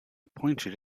pointed